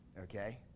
Okay